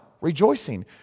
Rejoicing